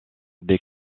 des